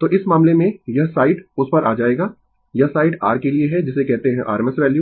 तो इस मामले में यह साइड उस पर आ जाएगा यह साइड r के लिए है जिसे कहते है RMS वैल्यू